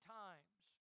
times